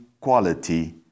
quality